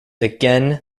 again